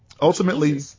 ultimately